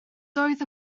doedd